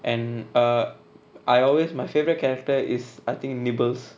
and err I always my favourite character is I think nibbles